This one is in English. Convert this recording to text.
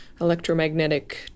electromagnetic